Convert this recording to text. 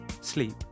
sleep